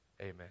Amen